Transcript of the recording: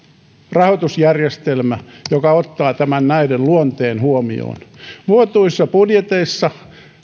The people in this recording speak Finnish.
rahoitusjärjestelmä joka ottaa tämän näiden luonteen huomioon vuotuisissa budjeteissa